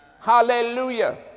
Hallelujah